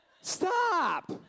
Stop